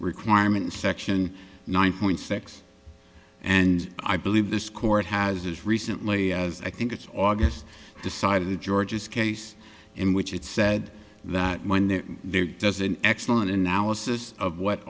requirement section nine point six and i believe this court has as recently as i think it's august decided georgia's case in which it said that when there there does an excellent analysis of what